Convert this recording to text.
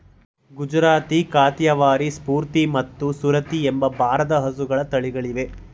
ಗುಜರಾತಿ, ಕಾಥಿಯವಾರಿ, ಸೂರ್ತಿ ಮತ್ತು ಸುರತಿ ಎಂಬ ಭಾರದ ಹಸು ತಳಿಗಳಿವೆ